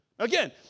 Again